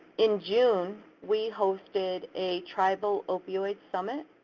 in june we hosted a tribal opioid summit.